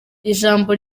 ijambo